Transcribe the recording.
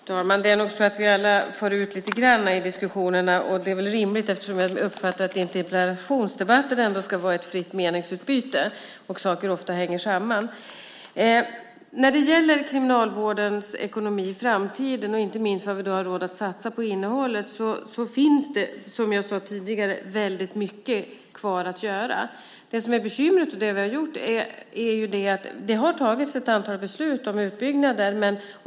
Fru talman! Det är nog så att vi alla far ut lite grann i diskussionerna, och det är väl rimligt. Jag uppfattar att det i interpellationsdebatter ska vara ett fritt meningsutbyte, och saker hänger ofta samman. När det gäller kriminalvårdens ekonomi i framtiden och inte minst vad vi har råd att satsa på i innehållet finns det, som jag sade tidigare, väldigt mycket kvar att göra. Det som är bekymret och det vi har gjort är att ta ett antal beslut om utbyggnaden.